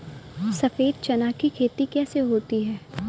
सफेद चना की खेती कैसे होती है?